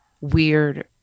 weird